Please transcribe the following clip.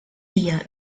dia